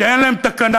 שאין להם תקנה.